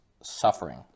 suffering